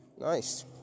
Nice